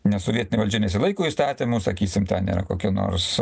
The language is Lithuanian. nes sovietinė valdžia nesilaiko įstatymų sakysim nėra kokio nors